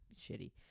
shitty